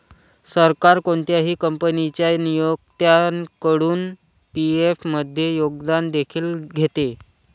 सरकार कोणत्याही कंपनीच्या नियोक्त्याकडून पी.एफ मध्ये योगदान देखील घेते